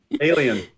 Alien